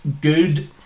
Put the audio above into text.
good